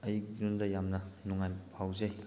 ꯑꯩꯉꯣꯟꯗ ꯌꯥꯝꯅ ꯅꯨꯡꯉꯥꯏꯕ ꯐꯥꯎꯖꯩ